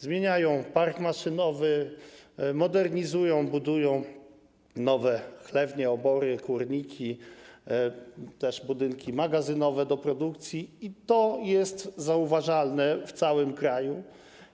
Zmieniają park maszynowy, modernizują, budują nowe chlewnie, obory, kurniki, budynki magazynowe do produkcji i to jest zauważalne w całym kraju